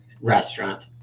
restaurant